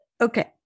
Okay